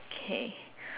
okay